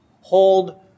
hold